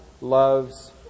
loves